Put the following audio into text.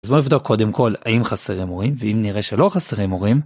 אז בוא נבדוק קודם כל האם חסרים מורים ואם נראה שלא חסרים מורים...